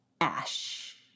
ash